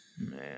man